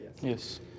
Yes